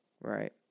right